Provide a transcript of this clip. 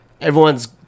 everyone's